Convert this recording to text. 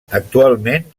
actualment